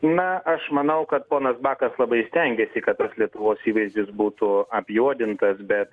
na aš manau kad ponas bakas labai stengiasi kad tas lietuvos įvaizdis būtų apjuodintas bet